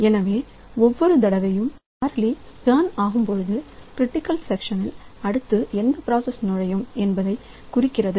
எனவே ஒவ்வொரு தடவை மாறிலி டர்ன் ஆகும் பொழுதும் கிரிட்டிக்கல் செக்ஷனில் அடுத்தது எந்த பிராசஸ் நுழையும் என்பதை குறிக்கிறது